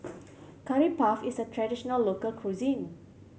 Curry Puff is a traditional local cuisine